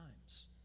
times